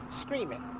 screaming